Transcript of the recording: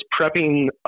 prepping